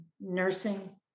Nursing